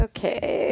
Okay